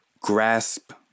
grasp